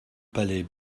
palais